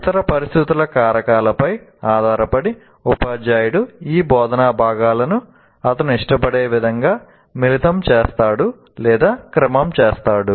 ఇతర పరిస్థితుల కారకాలపై ఆధారపడి ఉపాధ్యాయుడు ఈ బోధనా భాగాలను అతను ఇష్టపడే విధంగా మిళితం చేస్తాడు లేదా క్రమం చేస్తాడు